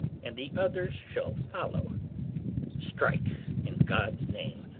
and the others shall follow strike in god's name,